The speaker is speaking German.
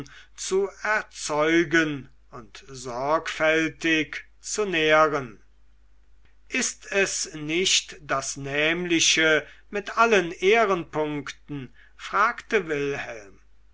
zu erzeugen und sorgfältig zu nähren ist es nicht das nämliche mit allen ehrenpunkten fragte wilhelm